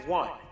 one